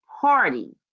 party